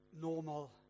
normal